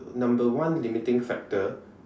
number one limiting factor